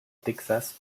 texas